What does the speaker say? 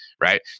Right